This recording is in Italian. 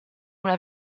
una